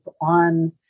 on